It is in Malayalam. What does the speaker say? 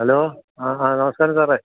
ഹലോ നമസ്കാരം സാറേ